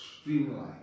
streamline